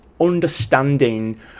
understanding